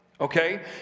okay